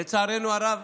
לצערנו הרב,